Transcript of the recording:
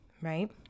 right